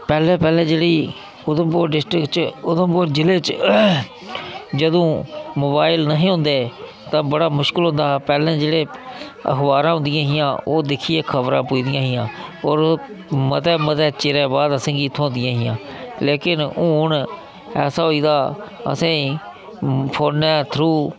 पैह्लें पैह्लें जेह्ड़ी उधमपुर डिस्ट्रिक्ट उधमपुर जिले च जदूं मोबाइल निं हे होंदे तां बड़ा मुश्कल होंदा हा तां पैह्लें जेह्ड़े अखबारां होंदियां हियां ओह् दिक्खियै खबरां पुज्जजियां हियां होर मते मते चिरें बाद असें गी थ्होंदियां हि्यां लेकिन हू'न ऐसा होई दा असें ई फोनै थ्रू